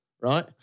right